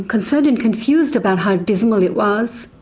concerned and confused about how dismal it was.